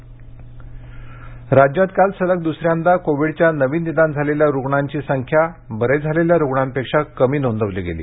राज्य कोविड राज्यात काल सलग द्सऱ्यांदा कोविडच्या नवीन निदान झालेल्या रुग्णांची संख्या बरे झालेल्या रुग्णांपेक्षा कमी नोंदवली गेली